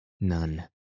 None